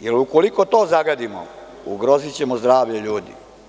jer ukoliko to zagadimo, ugrozićemo zdravlje ljudi.